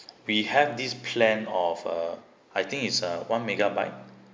we have this plan of a I think it's a one megabyte